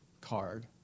card